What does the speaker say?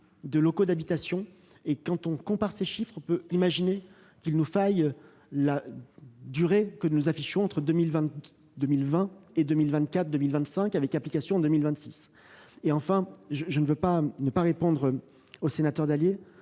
de locaux d'habitation. Quand on compare ces chiffres, on peut imaginer qu'il nous faille la durée que nous affichons entre 2020 et 2024 ou 2025, avec application en 2026. Je souhaite répondre à M. Dallier